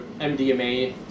MDMA